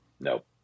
Nope